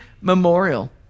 memorial